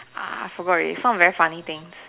ah I forgot already some very funny things